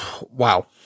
Wow